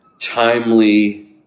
timely